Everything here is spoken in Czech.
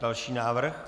Další návrh.